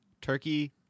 turkey